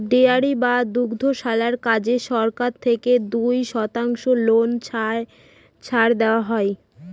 dairy বা দুগ্ধশালার কাজে সরকার থেকে দুই শতাংশ লোন ছাড় দেওয়া হয়